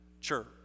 Church